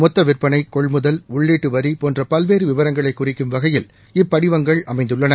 மொத்த விற்பனை கொள்முதல் உள்ளீட்டு வரி போன்ற பல்வேறு விவரங்களை குறிக்கும் வகையில் இப்படிவங்கள் அமைந்துள்ளன